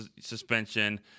suspension